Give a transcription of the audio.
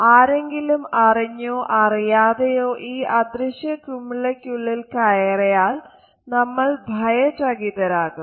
ആരെങ്കിലും അറിഞ്ഞോ അറിയാതെയോ ഈ അദൃശ്യ കുമിളക്കുള്ളിൽ കയറിയാൽ നമ്മൾ ഭയചകിതരാകും